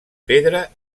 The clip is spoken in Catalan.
pedra